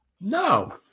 No